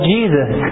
Jesus